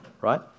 right